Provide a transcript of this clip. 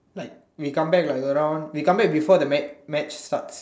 like we come back like around we come back before the match match starts